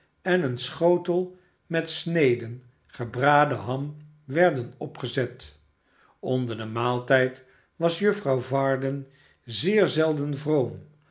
en een schotel met sneden gebraden ham werden opgezet onder den maaltijd was juffrouw varden zeer zelden vroom